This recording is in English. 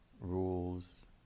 rules